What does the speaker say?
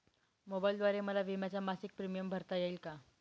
मोबाईलद्वारे मला विम्याचा मासिक प्रीमियम भरता येईल का?